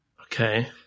Okay